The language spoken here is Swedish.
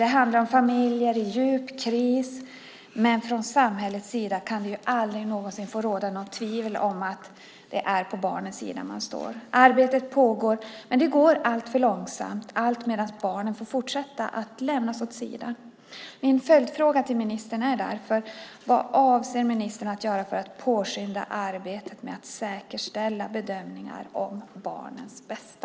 Det handlar om familjer i djup kris, men från samhällets sida kan det aldrig någonsin få råda något tvivel om att man står på barnets sida. Arbetet pågår, men det går alltför långsamt - alltmedan barnen fortsätter att lämnas åt sidan. Min följdfråga till ministern är: Vad avser ministern att göra för att påskynda arbetet med att säkerställa bedömningar om barnens bästa?